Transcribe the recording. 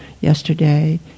yesterday